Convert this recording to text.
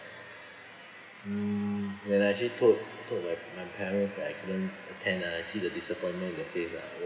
hmm when I actually told told my parents that I couldn't attend ah I see the disappointment in their face ah